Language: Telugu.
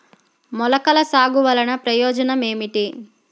మొలకల సాగు వలన ప్రయోజనం ఏమిటీ?